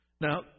Now